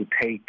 take